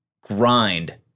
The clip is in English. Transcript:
grind –